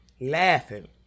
Laughing